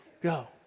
go